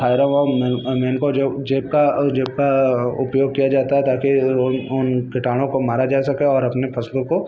thiram और मेन मेनकोजोजेब का जेब का उपयोग किया जाता है ताकि उन उन कीटाणुओं को मारा जा सके और अपने फ़सलों को